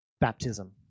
baptism